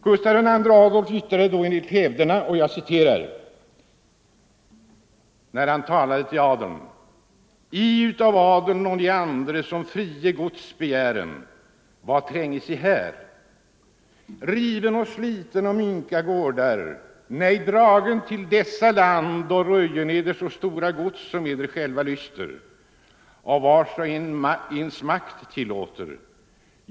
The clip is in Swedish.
Gustav II Adolf yttrade då enligt hävderna, när han talade till adeln: ”I utav adeln och I andre, som fria gods begären, vad tränges här? Riven och sliten om ynka gårdar! Dragen dit till dessa land och röjen eder så stora gods som eder själva lyster och vars och ens makt tillåter.